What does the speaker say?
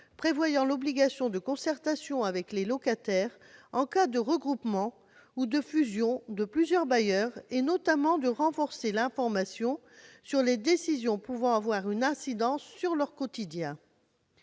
prévoyant une obligation de concertation avec les locataires en cas de regroupement ou de fusion de plusieurs bailleurs. Il s'agit notamment de renforcer l'information sur les décisions pouvant avoir une incidence sur le quotidien